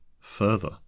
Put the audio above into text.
Further